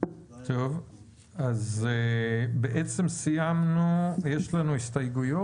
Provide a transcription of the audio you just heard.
יש לנו הסתייגויות?